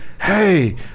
hey